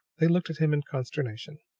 they looked at him in consternation.